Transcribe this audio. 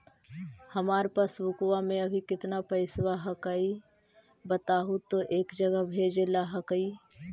हमार पासबुकवा में अभी कितना पैसावा हक्काई बताहु तो एक जगह भेजेला हक्कई?